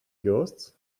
ghosts